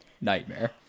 nightmare